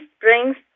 brings